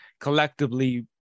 collectively